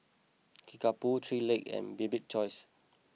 Kickapoo Three Legs and Bibik's Choice